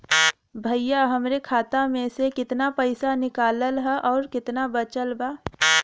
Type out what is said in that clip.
भईया हमरे खाता मे से कितना पइसा निकालल ह अउर कितना बचल बा?